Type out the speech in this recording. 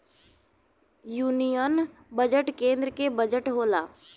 union budget केन्द्र के budget होला